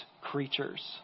creatures